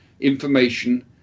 information